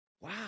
Wow